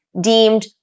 deemed